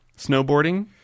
Snowboarding